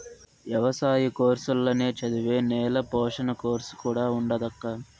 ఎవసాయ కోర్సుల్ల నే చదివే నేల పోషణ కోర్సు కూడా ఉండాదక్కా